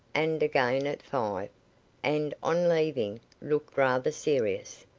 and again at five and, on leaving, looked rather serious.